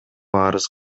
арыз